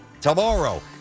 tomorrow